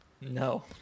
No